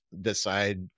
decide